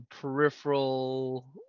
peripheral